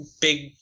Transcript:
big